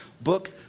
book